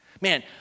Man